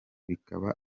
bikaba